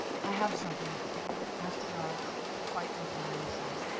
i have something for you. after our fight with rimefang,